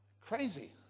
Crazy